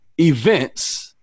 events